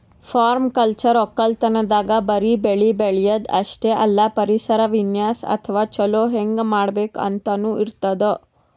permaculture ವಕ್ಕಲತನ್ದಾಗ್ ಬರಿ ಬೆಳಿ ಬೆಳ್ಯಾದ್ ಅಷ್ಟೇ ಅಲ್ಲ ಪರಿಸರ ವಿನ್ಯಾಸ್ ಅಥವಾ ಛಲೋ ಹೆಂಗ್ ಮಾಡ್ಬೇಕ್ ಅಂತನೂ ಇರ್ತದ್